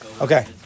Okay